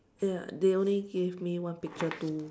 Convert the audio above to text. ya they only gave me one picture too